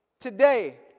Today